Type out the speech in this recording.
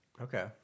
Okay